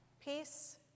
Peace